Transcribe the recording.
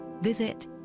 visit